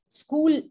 school